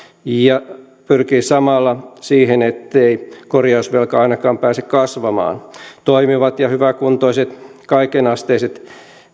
ja pyrkii samalla siihen ettei korjausvelka ainakaan pääse kasvamaan toimivat ja hyväkuntoiset kaikenasteiset